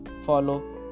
follow